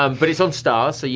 um but it's on starz, so, yeah